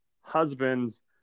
husband's